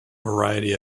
variety